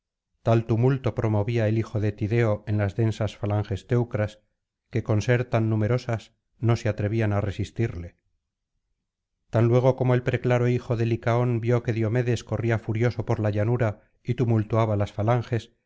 tal tumulto promovía el hijo de tideo en las densas falanges teucras que con ser tan numerosas no se atrevían á resistirle tan luego como el preclaro hijo de licaón vio que diomedes corría furioso por la llanura y tumultuaba las falanges